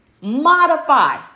modify